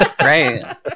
Right